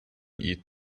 eat